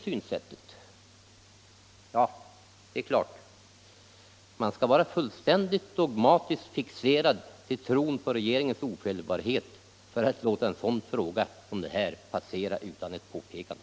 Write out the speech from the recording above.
Man skall tydligen vara fullständigt dogmatiskt fixerad till tron på regeringens ofelbarhet för att låta en fråga som denna passera utan ett påpekande.